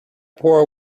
poor